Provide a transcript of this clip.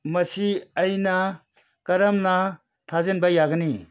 ꯃꯁꯤ ꯑꯩꯅ ꯀꯔꯝꯅ ꯊꯥꯖꯤꯟꯕ ꯌꯥꯒꯅꯤ